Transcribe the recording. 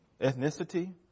Ethnicity